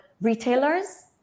retailers